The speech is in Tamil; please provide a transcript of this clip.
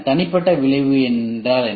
தனிப்பட்ட விளைவு என்ன